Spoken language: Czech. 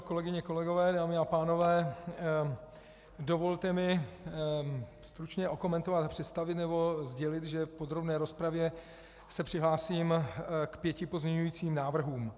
Kolegyně a kolegové, dámy a pánové, dovolte mi stručně okomentovat představy nebo sdělit, že v podrobné rozpravě se přihlásím k pěti pozměňujícím návrhům.